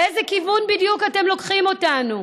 לאיזה כיוון בדיוק אתם לוקחים אותנו?